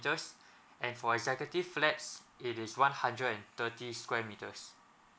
meters and for executive flats it is one hundred and thirty square meters